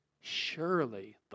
Surely